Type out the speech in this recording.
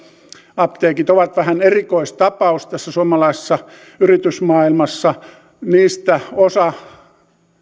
apteekit ovat vähän erikoistapaus tässä suomalaisessa yritysmaailmassa niistä osa